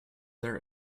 their